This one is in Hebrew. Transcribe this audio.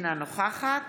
אינה נוכחת